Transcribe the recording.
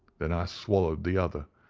then i swallowed the other,